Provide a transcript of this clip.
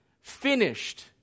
finished